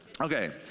Okay